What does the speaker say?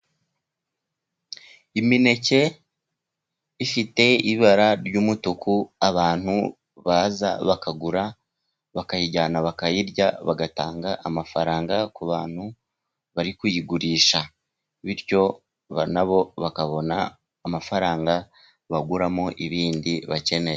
Imineke ifite ibara ry'umutuku abantu baza bakagura, bakayijyana bakayirya, bagatanga amafaranga ku bantu bari kuyigurisha. Bityo, na bo bakabona amafaranga baguramo ibindi bakeneye.